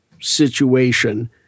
situation